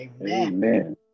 Amen